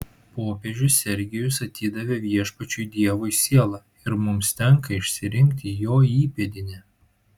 popiežius sergijus atidavė viešpačiui dievui sielą ir mums tenka išsirinkti jo įpėdinį